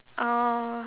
oh